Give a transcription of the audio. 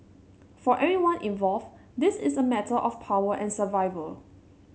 for everyone involved this is a matter of power and survival